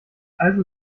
also